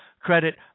credit